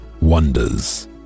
wonders